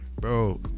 bro